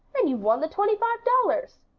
and you've won the twenty-five dollars,